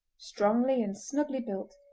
strongly and snugly built,